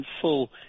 full